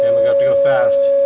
and we got deal fast